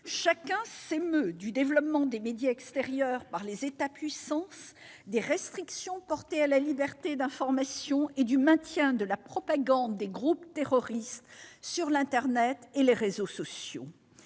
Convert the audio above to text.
chacun s'émeut du développement des médias extérieurs par les États puissances, des restrictions portées à la liberté d'information et du maintien de la propagande des groupes terroristes sur internet et sur les réseaux sociaux